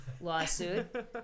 lawsuit